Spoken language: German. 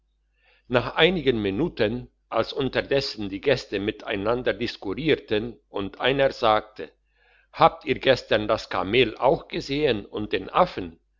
nach einigen minuten als unterdessen die gäste miteinander diskurierten und einer sagte habt ihr gestern das kamel auch gesehen und den affen